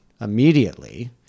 immediately